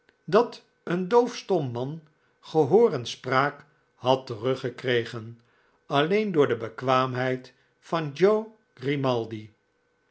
dat een doofstom man gehoor en spraak had teruggekregen alleen door de bekwaamheid van